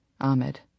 Ahmed